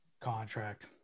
Contract